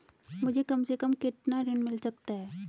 मुझे कम से कम कितना ऋण मिल सकता है?